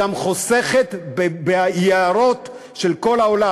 היא גם חוסכת ביערות של כל העולם.